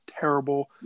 terrible